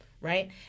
right